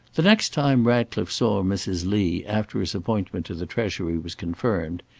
the next time ratcliffe saw mrs. lee, after his appointment to the treasury was confirmed,